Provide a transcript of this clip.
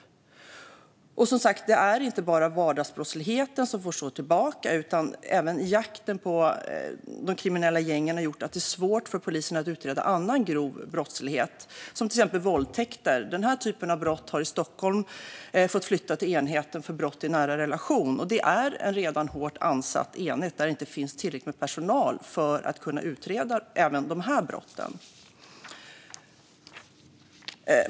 Det är som sagt inte bara hanteringen av vardagsbrottsligheten som får stå tillbaka, utan jakten på de kriminella gängen har även gjort att det är svårt för polisen att utreda annan grov brottslighet, som till exempel våldtäkter. Den typen av brott har i Stockholm fått flytta till enheten för brott i nära relation, vilket är en redan hårt ansatt enhet där det inte finns tillräckligt med personal för att utreda även de här brotten.